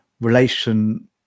relation